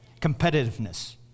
Competitiveness